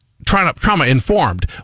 Trauma-informed